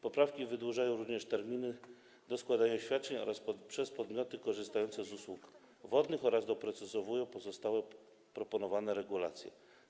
Poprawki wydłużają również terminy składania oświadczeń przez podmioty korzystające z usług wodnych oraz doprecyzowują pozostałe proponowane regulacje.